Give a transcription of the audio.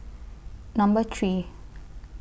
Number three